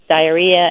diarrhea